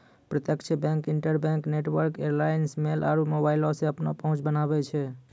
प्रत्यक्ष bank, interbank network alliance, mail आरु मोबाइलो से अपनो पहुंच बनाबै छै